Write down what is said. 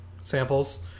samples